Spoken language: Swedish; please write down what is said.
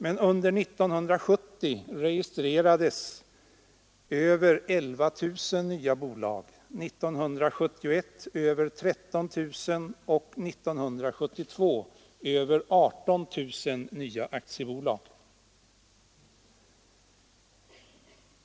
Men under 1970 registrerades över 11 000, 1971 över 13 000 och 1972 över 18 000 nya aktiebolag.